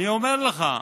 אני אומר לך: